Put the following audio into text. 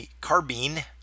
Carbine